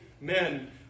men